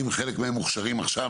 אם חלק מהם מוכשרים עכשיו,